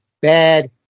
Bad